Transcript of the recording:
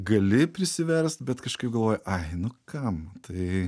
gali prisiverst bet kažkaip galvoji ai nu kam tai